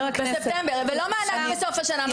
בספטמבר ולא מענק בסוף השנה,